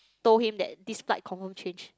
told him that this flight confirm change